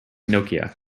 nokia